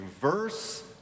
verse